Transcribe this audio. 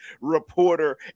reporter